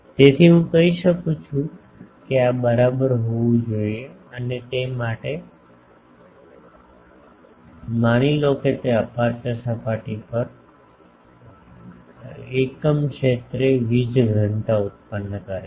તેથી હું કહી શકું છું કે આ બરાબર હોવું જોઈએ અને તે માટે માની લો કે તે અપેર્ચર સપાટી પર એકમ ક્ષેત્રે વીજ ઘનતા ઉત્પન્ન કરે છે